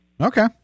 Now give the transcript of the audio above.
Okay